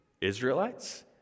Israelites